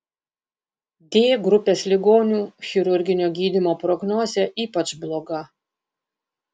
d grupės ligonių chirurginio gydymo prognozė ypač bloga